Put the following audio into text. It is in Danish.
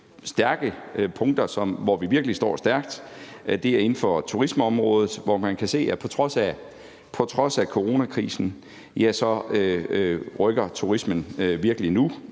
af de punkter, hvor vi virkelig står stærkt, er inden for turismeområdet, hvor man kan se, at på trods af coronakrisen rykker turismen virkelig nu.